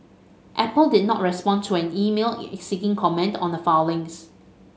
apple did not respond to an email seeking comment on the filings